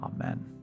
Amen